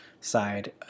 side